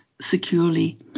securely